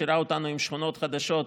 משאירה אותנו עם שכונות חדשות,